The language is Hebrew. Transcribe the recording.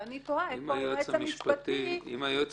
ואני תוהה איפה היועץ המשפטי --- אם היועץ